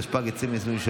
התשפ"ג 2023,